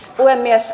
puhemies